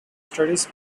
studies